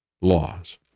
laws